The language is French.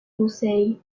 conseil